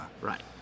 Right